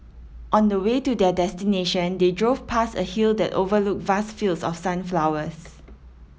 on the way to their destination they drove past a hill that overlooked vast fields of sunflowers